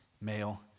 male